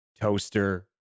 toaster